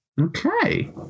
Okay